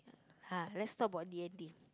ah let's talk about D_and_D